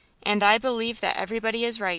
and i believe that everybody is right.